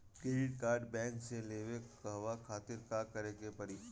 Credit card bank से लेवे कहवा खातिर का करे के पड़ी?